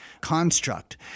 construct